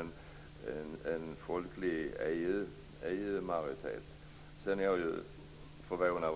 Det går ju inte att skilja sig från en folklig EU